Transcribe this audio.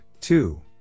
two